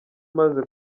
umaze